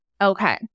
okay